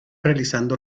realizando